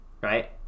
right